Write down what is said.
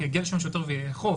יגיע לשם שוטר ויאכוף.